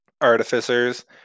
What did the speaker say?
artificers